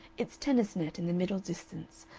its tennis-net in the middle distance,